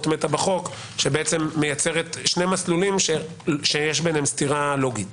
מתה בחוק שמייצרת שני מסלולים שיש ביניהם סתירה לוגית